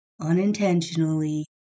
unintentionally